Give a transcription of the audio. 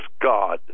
God